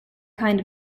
kind